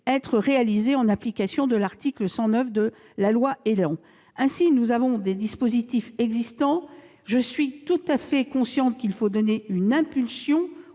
être réalisés en application de l'article 109 de la loi Élan. Vous le voyez, des dispositifs existent. Mais, j'en suis tout à fait consciente, il faut donner une impulsion